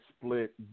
split